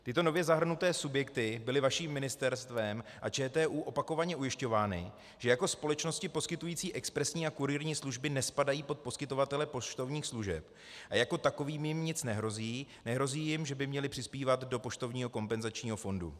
Tyto nově zahrnuté subjekty byly vaším ministerstvem a ČTÚ opakovaně ujišťovány, že jako společnosti poskytující expresní a kurýrní služby nespadají pod poskytovatele poštovních služeb a jako takovým jim nic nehrozí, nehrozí jim, že by měly přispívat do poštovního kompenzačního fondu.